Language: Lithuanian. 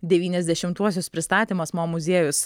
devyniasdešimtuosius pristatymas mo muziejus